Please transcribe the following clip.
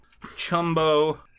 Chumbo